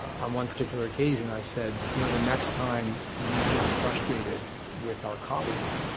on one particular occasion i said you know, the next time you grow frustrated with our colleague,